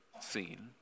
scene